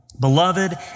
Beloved